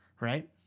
Right